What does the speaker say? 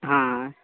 हा